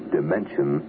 Dimension